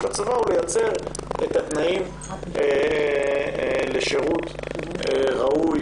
הצבא הוא לייצר את התנאים לשירות ראוי,